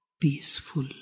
peaceful